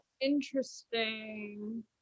Interesting